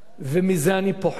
בחברה הישראלית, ומזה אני פוחד,